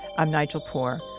i'm nigel poor.